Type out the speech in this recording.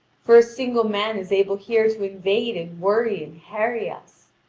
for a single man is able here to invade and worry and harry us.